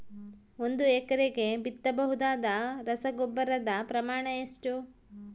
ಒಂದು ಎಕರೆಗೆ ಬಿತ್ತಬಹುದಾದ ರಸಗೊಬ್ಬರದ ಪ್ರಮಾಣ ಎಷ್ಟು?